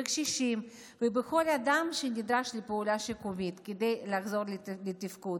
בקשישים ובכל אדם שנדרש לפעולה שיקומית כדי לחזור לתפקוד.